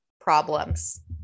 problems